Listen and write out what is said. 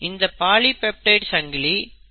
இந்த பாலிபெப்டைடு சங்கிலி மடியத்தொடங்கும்